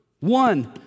One